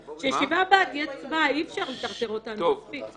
תהיה --- אי אפשר לטרטר אותנו, מספיק.